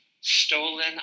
stolen